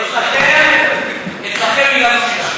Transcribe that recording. אצלכם מילה זו מילה.